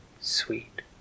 sweet